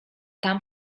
tam